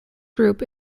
group